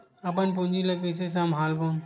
अपन पूंजी ला कइसे संभालबोन?